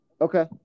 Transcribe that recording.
Okay